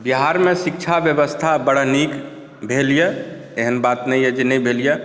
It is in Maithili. बिहारमे शिक्षा व्यवस्था बड़ा नीक भेल यए एहन बात नहि यए जे नहि भेल यए